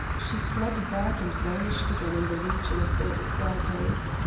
she fled back and vanished again in the region of the little staircase.